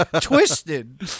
twisted